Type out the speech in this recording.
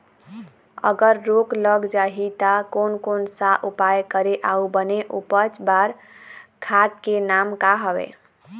अगर रोग लग जाही ता कोन कौन सा उपाय करें अउ बने उपज बार खाद के नाम का हवे?